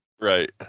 Right